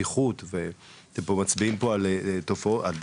הפתיחות ואתם פה מצביעים על ואקומים.